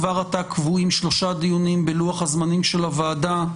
כבר עתה קבועים שלושה דיונים בלוח הזמנים של הוועדה,